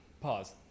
Pause